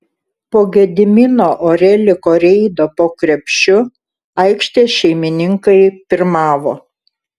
po gedimino oreliko reido po krepšiu aikštės šeimininkai pirmavo